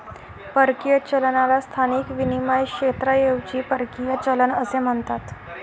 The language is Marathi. परकीय चलनाला स्थानिक विनिमय क्षेत्राऐवजी परकीय चलन असे म्हणतात